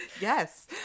Yes